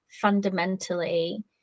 fundamentally